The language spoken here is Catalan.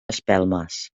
espelmes